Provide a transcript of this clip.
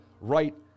right